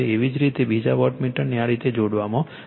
એવી જ રીતે બીજા વોટમીટરને આ રીતે જોડવામાં આવે છે